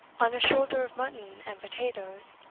on a shoulder of mutton and potatoes,